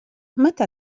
متى